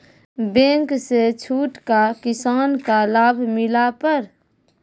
Bank से छूट का किसान का लाभ मिला पर?